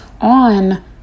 on